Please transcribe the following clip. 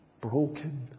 broken